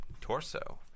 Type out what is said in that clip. Torso